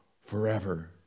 forever